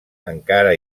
encara